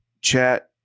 chat